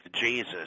Jesus